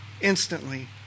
instantly